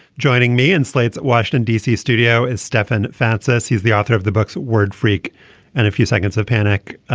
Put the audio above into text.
joining me in slate's washington d c. studio is stefan fatsis he's the author of the book so word freak and a few seconds of panic.